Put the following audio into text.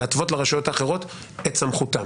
להתוות לרשויות האחרות את סמכותן.